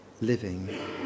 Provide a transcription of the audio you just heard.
living